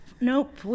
nope